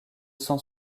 cent